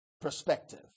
perspective